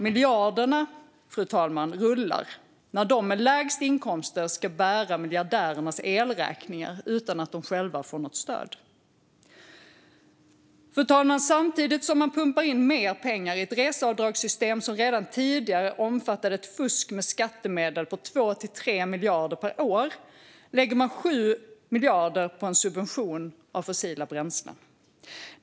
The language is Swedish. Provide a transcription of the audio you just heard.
Miljarderna rullar när de med lägst inkomster ska bära miljardärernas elräkningar utan att de själva får något stöd. Fru talman! Samtidigt som man pumpar in mer pengar i ett reseavdragssystem som redan tidigare omfattade ett fusk med skattemedel på 2 till 3 miljarder per år lägger man 7 miljarder på en subvention av fossila bränslen.